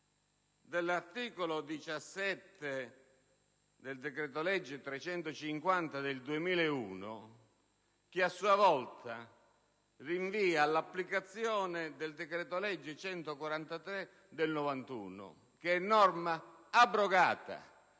dell'articolo 17 del decreto-legge n. 350 del 2001, che a sua volta rinvia all'applicazione del decreto‑legge n. 143 del 1991, che è norma abrogata,